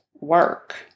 work